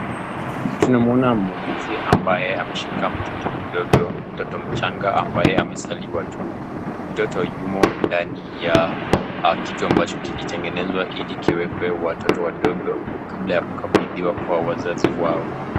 Tunamuona muuguzi ambaye ameshika mtoto mchanga ambaye amezaliwa tu. Mtoto yumo ndani ya kitu ambacho kilitegenezwa ili kiwekwe watoto wadogo kabla ya kukabidhiwa kwa wazazi wao.